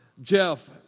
Jeff